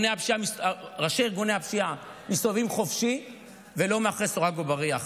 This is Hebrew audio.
ראשי ארגוני הפשיעה מסתובבים חופשי ולא מאחורי סורג ובריח.